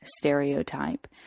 stereotype